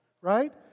right